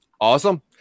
Awesome